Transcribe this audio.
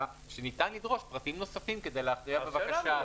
שניתן לדרוש פרטים נוספים כדי להכריע בבקשה.